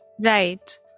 right